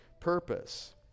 purpose